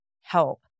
help